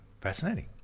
Fascinating